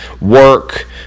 work